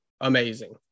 amazing